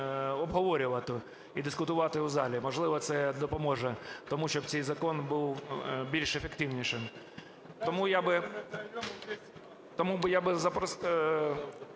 обговорювати і дискутувати у залі. Можливо, це допоможе тому, щоб цей закон був більш ефективнішим. Тому я би запросив би пана